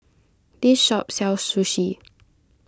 this shop sells Sushi